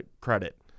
credit